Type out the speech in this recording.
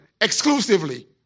exclusively